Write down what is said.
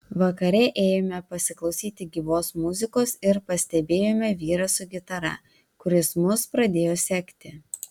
vakare ėjome pasiklausyti gyvos muzikos ir pastebėjome vyrą su gitara kuris mus pradėjo sekti